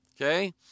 Okay